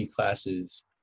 classes